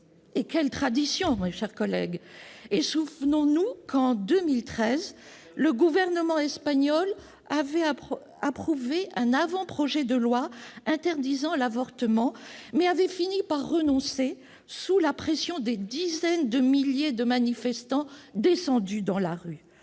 Quelle tradition, mes chers collègues ! C'est vrai ! Souvenons-nous qu'en 2013 le gouvernement espagnol avait approuvé un avant-projet de loi interdisant l'avortement, avant de renoncer sous la pression de dizaines de milliers de manifestants descendus dans les rues.